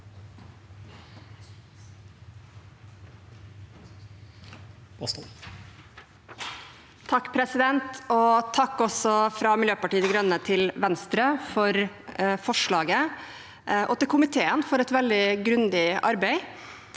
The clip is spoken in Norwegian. (MDG) Takk også fra Miljøpartiet De Grønne til Venstre for forslaget, og til komiteen for et veldig grundig arbeid.